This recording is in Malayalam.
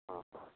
ആ ഹാ